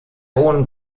hohen